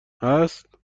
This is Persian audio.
هست